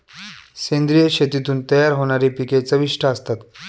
सेंद्रिय शेतीतून तयार होणारी पिके चविष्ट असतात